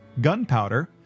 gunpowder